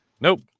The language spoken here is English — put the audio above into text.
nope